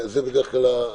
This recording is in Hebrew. זה מה שבדרך-כלל.